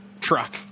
truck